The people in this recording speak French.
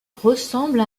ressemble